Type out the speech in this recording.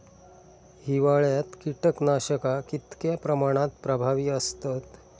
हिवाळ्यात कीटकनाशका कीतक्या प्रमाणात प्रभावी असतत?